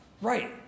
Right